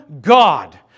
God